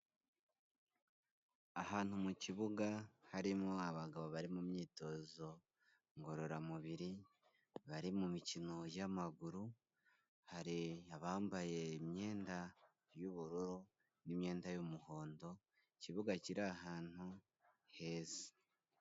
Ahantu mu kibuga harimo abagabo bari mu myitozo ngororamubiri, bari mu mikino y'amaguru, hari abambaye imyenda y'ubururu, n'imyenda y'umuhondo, ikibuga kiri ahantu heza.